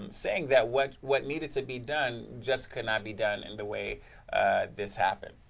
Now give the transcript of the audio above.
um saying that what what needed to be done just could not be done in the way this happened.